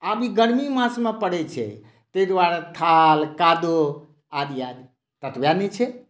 आब ई गर्मी मासमे पड़ै छै ताहि दुआरे थाल कादो आदि आदि